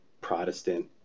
Protestant